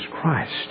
Christ